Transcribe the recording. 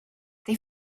they